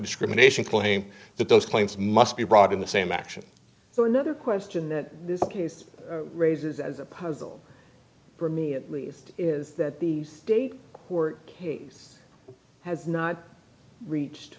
discrimination claim that those claims must be brought in the same action so another question that this case raises as a puzzle for me at least is that the state court he has not reached